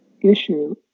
issue